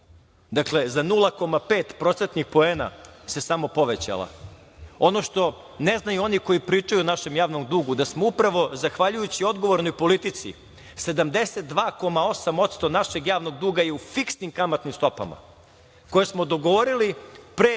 3,3%. Za 0,5% poena se samo povećala. Ono što ne znaju oni koji pričaju o našem javnom dugu, da upravo zahvaljujući odgovornoj politici 72,8% našeg javnog duga je u fiksnim kamatnim stopama, koje smo dogovorili pre